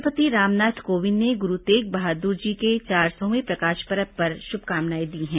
राष्ट्रपति रामनाथ कोविंद ने गुरु तेगबहादुर के चार सौवें प्रकाश परब पर शुभकामनाएं दी हैं